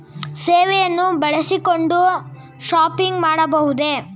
ಸೇವೆಯನ್ನು ಬಳಸಿಕೊಂಡು ಶಾಪಿಂಗ್ ಮಾಡಬಹುದೇ?